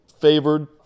favored